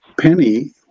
penny